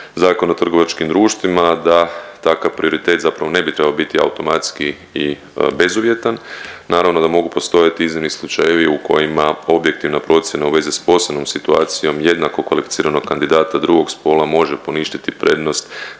Zakona o trgovačkim društvima da takav prioritet ne bi trebao biti automatski i bezuvjetan. Naravno da mogu postojati iznimni slučajevi u kojima objektivna procjena u vezi s posebnom situacijom jednako kvalificiranog kandidata drugog spola može poništiti prednost